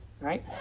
Right